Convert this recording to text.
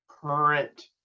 current